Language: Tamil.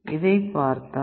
இதைப் பார்த்தால் Vref